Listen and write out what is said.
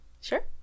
Sure